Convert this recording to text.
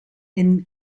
and